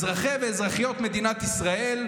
אזרחי ואזרחיות מדינת ישראל,